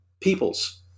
people's